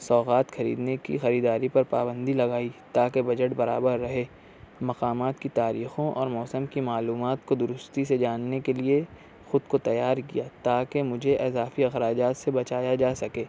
سوغات خریدنے کی خریداری پر پابندی لگائی تاکہ بجٹ برابر رہے مقامات کی تاریخوں اور موسم کی معلومات کو دُرستی سے جاننے کے لیے خود کو تیار کیا تاکہ مجھے اضافی اخراجات سے بچایا جا سکے